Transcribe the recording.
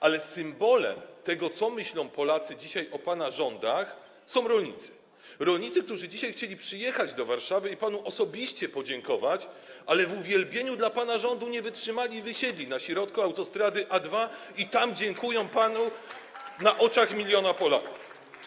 A symbolem tego, co myślą Polacy o pana rządach, są rolnicy, rolnicy, którzy dzisiaj chcieli przyjechać do Warszawy i panu osobiście podziękować, ale pozostając w uwielbieniu dla pana rządu, nie wytrzymali, wysiedli na środku autostrady A2 i tam dziękują panu na oczach miliona Polaków.